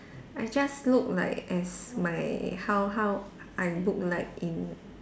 I just look like as my how how I look like in